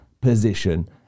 position